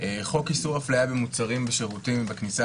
חוק איסור הפליה במוצרים, בשירותים ובכניסה